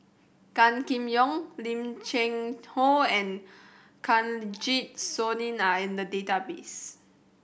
Gan Kim Yong Lim Cheng Hoe and Kanwaljit Soin are in the database